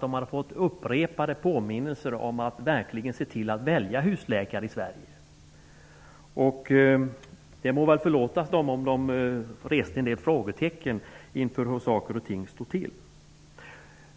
De har fått upprepade påminnelser om att verkligen se till att välja husläkare i Sverige. Det må väl förlåtas dem om de reste en del frågetecken om hur saker och ting står till.